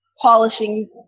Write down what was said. Polishing